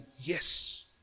yes